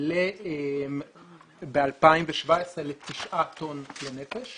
ל-9 טון לנפש